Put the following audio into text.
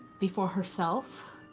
before herself.